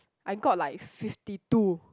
I got like fifty two